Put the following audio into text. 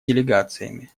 делегациями